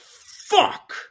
fuck